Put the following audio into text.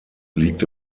liegt